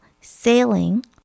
sailing